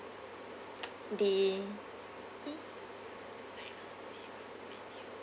the